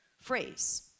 phrase